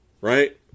right